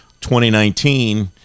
2019